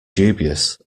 dubious